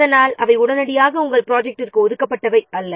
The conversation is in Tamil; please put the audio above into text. ஏனெனில் அவர் உடனடியாக உங்கள் ப்ராஜெக்ட்டிற்கு ஒதுக்கப்படுவதில்லை